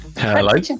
hello